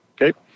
Okay